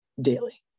daily